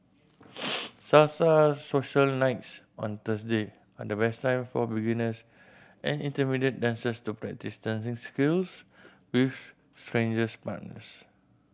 Salsa social nights on Thursday at best time for beginners and intermediate dancers to practice dancing skills with strangers partners